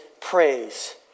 praise